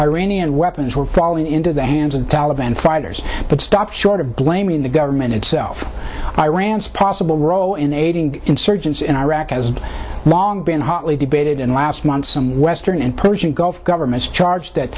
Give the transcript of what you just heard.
iranian weapons were falling into the hands of the taliban fighters but stop short of blaming the government itself iran's possible role in aiding insurgents in iraq has long been hotly debated and last month some western and persian gulf governments charge that